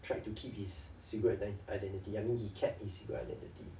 tried to keep his secret and his identity I mean he kept his secret identity